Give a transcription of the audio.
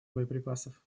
боеприпасов